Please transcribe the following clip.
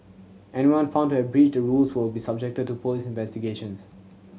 anyone found to have breached the rules will be subjected to police investigations